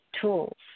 tools